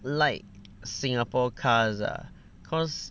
like singapore cars ah cause